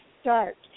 start